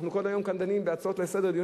אנחנו כל היום כאן דנים בהצעות לסדר-היום,